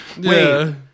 wait